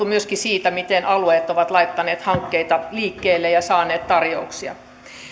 myöskin siitä miten alueet ovat laittaneet hankkeita liikkeelle ja saaneet tarjouksia